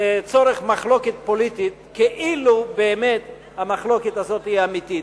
לצורך מחלוקת פוליטית כאילו באמת המחלוקת הזאת היא אמיתית.